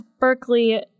Berkeley